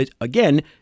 again